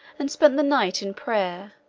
and spent the night in prayer,